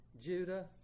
Judah